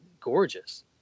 gorgeous